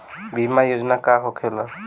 बीमा योजना का होखे ला?